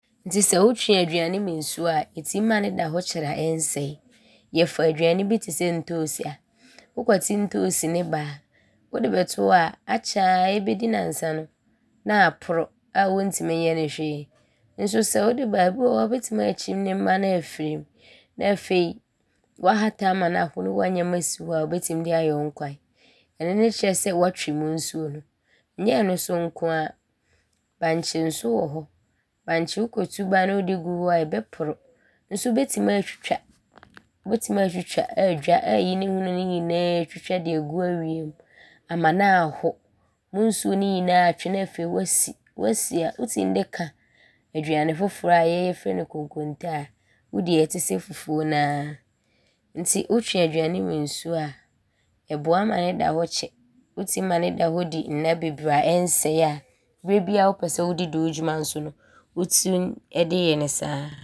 Nti sɛ wotwe aduane mu nsuo a, ɔtim ma no da hɔ kyɛre a ɔnsɛe. Yɛfa aduane bi te sɛ ntoosi a, wokɔte ntoosi no ba a, wode bɛto hɔ a, akyɛre a ɔbɛdi nnansa no, ne aaporɔ a wɔntim nyɛ ne hwee so sɛ wode ba a bi wɔ hɔ a wobɛtim aakyim ne mma no aafiri mu ne afei woahata ama no aho ne woanyam asi hɔ a wobɛtim de ayɛ wo nkwan. Ɔno ne kyerɛ sɛ woatwe mu nsuo. Nyɛ ɔno so nko ara, bankye so wɔ hɔ. Bankye wokɔtu ba ne wode gu hɔ a, ɔbɛporɔ so wobɛtim aatwitwa aadwa aayi ne hono ne nyinaa aatwitwa de agu awiam ama ne aaho, mu nsuo ne nyinaa aatwe ne afei woasi. Woasi a wotim de ka aduane foforɔ a yɛ yɛfrɛ ne konkonte a wodi a ɔte sɛ fufuo no ara nti wotwe aduane mu nsuo a, ɔboa ma ne da hɔ kyɛre. Wotim ma ne da hɔ di nna bebree a ɔnsɛe a berɛ biaa wopɛ sɛ wode di wo dwuma so no, wotim de yɛ ne saa.